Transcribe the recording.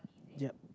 ya